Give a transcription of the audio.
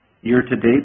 Year-to-date